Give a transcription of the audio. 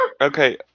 okay